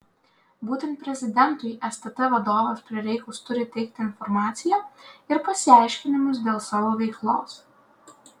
būtent prezidentui stt vadovas prireikus turi teikti informaciją ir pasiaiškinimus dėl savo veiklos